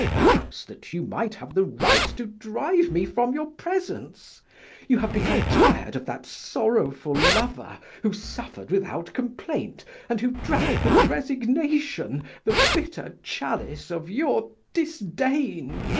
perhaps that you might have the right to drive me from your presence you have become tired of that sorrowful lover who suffered without complaint and who drank with resignation the bitter chalice of your disdain!